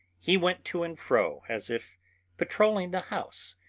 he went to and fro, as if patrolling the house,